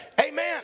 amen